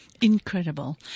Incredible